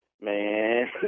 Man